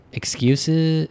excuses